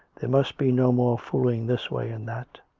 there must be no more fooling this way and that.